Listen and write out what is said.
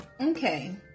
Okay